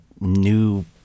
new